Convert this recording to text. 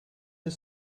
the